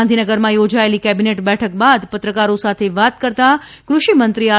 ગાંધીનગરમાંયોજાયેલી cabinet બેઠક બાદ પત્રકારો સાથે વાત કરતાં ક્રષિમંત્રી આર